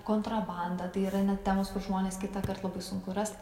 kontrabanda tai yra net temos kur žmones kitąkart labai sunku rast